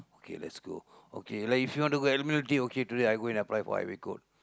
okay let's go okay like if you want to go Admiralty okay today I go and apply for highway code